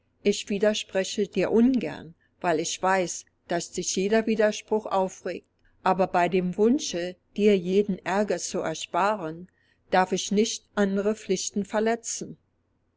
ich widerspreche dir ungern weil ich weiß daß dich jeder widerspruch aufregt aber bei dem wunsche dir jeden aerger zu ersparen darf ich nicht andere pflichten verletzen